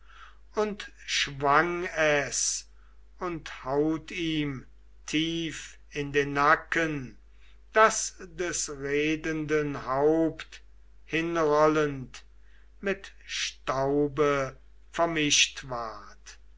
und schwang es und haut ihm tief in den nacken daß des redenden haupt hinrollend mit staube vermischt ward